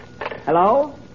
Hello